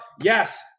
Yes